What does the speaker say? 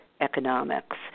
economics